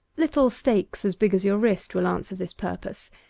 little stakes as big as your wrist will answer this purpose.